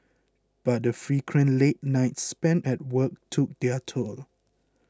but the frequent late nights spent at work took their toll